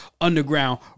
Underground